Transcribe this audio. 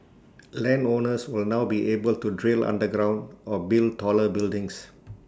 land owners will now be able to drill underground or build taller buildings